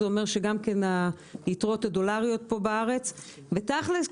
זה אומר שגם מהיתרות דולרית כאן בארץ ותכל'ס,